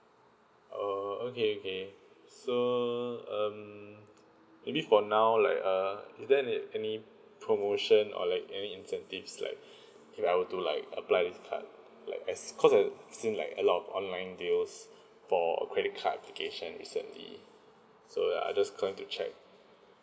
oh okay okay so um maybe for now like uh is there any any promotion or like any incentives like if I'll do like apply this card like as cause I seeing like a lot of online deals for a credit card package and recently so uh I just calling to check